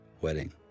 wedding